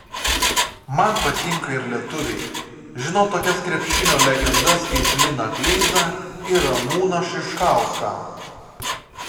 man patinka ir lietuviai žinau tokias krepšinio legendas kaip liną kleizą ir ramūną šiškauską